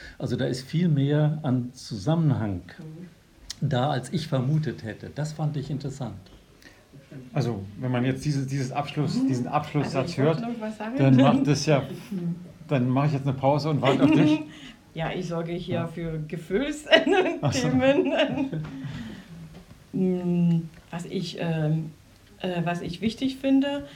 Also da ist viel mehr an Zusammenhang Mhm. da, als ich vermutet hätte. Das fand ich interessant. Also, wenn man jetzt dieses- dieses Abschluss- diesen Also Abschlusssatz ich wollte hört, noch was sagen. dann macht es ja- dann mache ich jetzt eine Pause und warte auf dich. Ja, ich sorge hier Ja. für Gefühls- Ach so. Themen. Mm, was ich, ähm, äh, was ich wichtig finde,